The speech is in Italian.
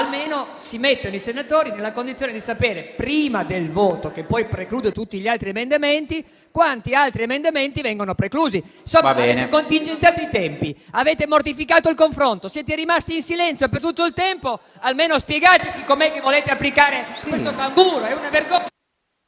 almeno si mettano i senatori nella condizione di sapere, prima del voto che poi preclude tutti gli altri emendamenti, quanti altri emendamenti vengono preclusi. Avete contingentato i tempi, avete mortificato il confronto, siete rimasti in silenzio per tutto il tempo, almeno spiegateci com'è che volete applicare questo canguro. È una vergogna!